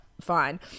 Fine